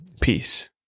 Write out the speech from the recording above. peace